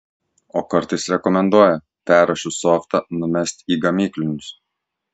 o kartais rekomenduoja perrašius softą numest į gamyklinius